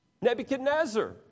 Nebuchadnezzar